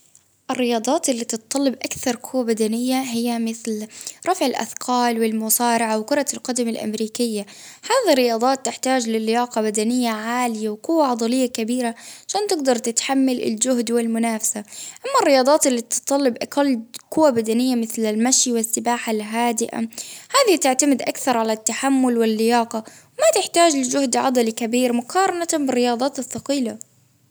الرياضات اللي بتتطلب أكثر قوة بدنية هي مثل رفع الأثقال والمصارعة وكرة القدم الأمريكية، هذه الرياضات تحتاج للياقة بدنية عالية وقوة عضلية كبيرة، عشان تقدر تتحمل الجهد والمنافسة، أما الرياضات اللي تطلب أقل قوة بدنية مثل المشي والسباحة الهادئة ،هذي تعتمد أكثر على التحمل واللياقة ما تحتاج لمجهود عضلي كبير مقارنة بالرياضات الثقيلة.